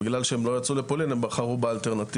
בגלל שהם לא יצאו לפולין, הם בחרו באלטרנטיבה.